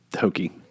hokey